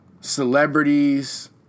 celebrities